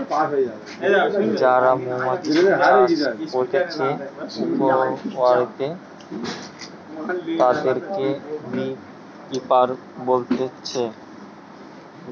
যারা মৌমাছি চাষ করতিছে অপিয়ারীতে, তাদিরকে বী কিপার বলতিছে